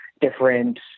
different